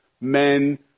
men